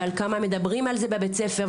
ועל כמה מדברים על זה בבית הספר,